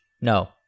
No